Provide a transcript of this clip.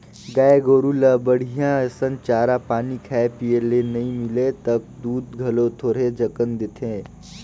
गाय गोरु ल बड़िहा असन चारा पानी खाए पिए ले नइ मिलय त दूद घलो थोरहें अकन देथे